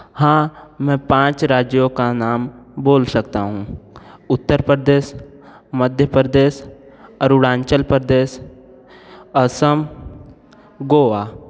हाँ मैं पाँच राज्यों के नाम बोल सकता हूँ उत्तर प्रदेश मध्य प्रदेश अरुणाचल प्रदेश असम गोवा